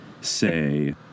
say